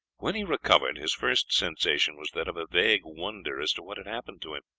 when he recovered, his first sensation was that of a vague wonder as to what had happened to him.